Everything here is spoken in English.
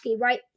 right